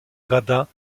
gradins